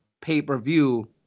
pay-per-view